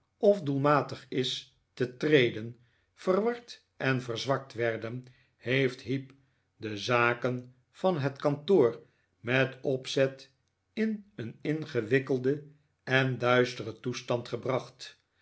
of doelmatig is te treden verward en verzwakt werden heeft heep de zaken van het kantoor met opzet in een ingewikkelden en duisteren toestand gebracht